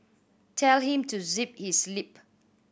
tell him to zip his lip